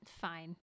fine